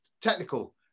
technical